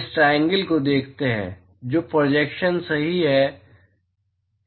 तो हम इस ट्राइंगल को देखते हैं जो कि प्रोजेक्शन सही है